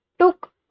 took